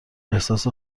احساس